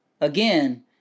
again